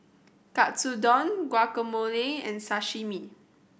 Katsudon Guacamole and Sashimi